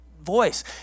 voice